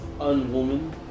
Unwoman